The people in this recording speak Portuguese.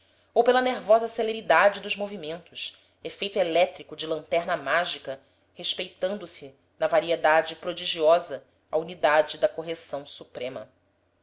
ou pela nervosa celeridade dos movimentos efeito elétrico de lanterna mágica respeitando se na variedade prodigiosa a unidade da correção suprema